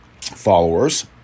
followers